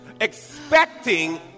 Expecting